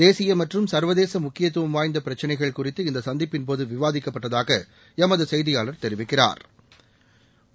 தேசிய மற்றும் சள்வதேச முக்கியத்துவம் வாய்ந்த பிரசசினைகள் குறித்து இந்த சந்திப்பின் போது விவாதிக்கப்பட்டதாக எமது செய்தியாளா் தெரிவிக்கிறாா்